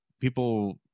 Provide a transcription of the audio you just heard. people